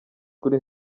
kuri